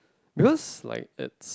because like it's